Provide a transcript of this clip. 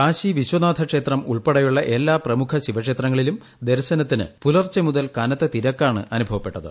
കാശിവിശ്വനാഥ് ക്ഷേത്രം ഉൾപ്പെടെയുള്ള എല്ലാ പ്രമുഖ ശിവക്ഷേത്രങ്ങളിലും ദർശനത്തിന് പുലർച്ചെ മുതൽ കനത്ത തിരക്കാണ് അനുഭവപ്പെട്ടത്